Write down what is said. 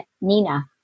Nina